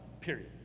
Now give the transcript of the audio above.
Period